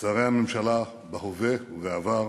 שרי הממשלה בהווה ובעבר,